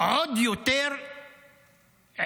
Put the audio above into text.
עוד יותר עימותים